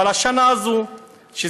אבל השנה הזאת,